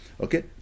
Okay